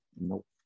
Nope